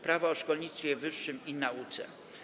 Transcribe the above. Prawo o szkolnictwie wyższym i nauce.